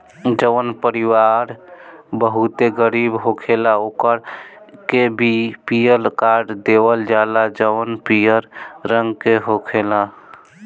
जवन परिवार बहुते गरीब होखेला ओकरा के बी.पी.एल कार्ड देवल जाला जवन पियर रंग के होखेला